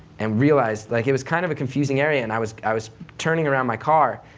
and realized, like it was kind of a confusing area, and i was i was turning around my car,